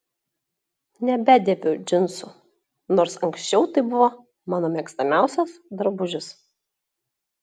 nebedėviu džinsų nors anksčiau tai buvo mano mėgstamiausias drabužis